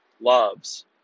loves